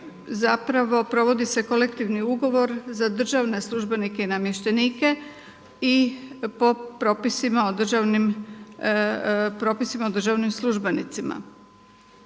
zapravo provodi se Kolektivni ugovor za državne službenike i namještenike i po propisima o državnim službenicima.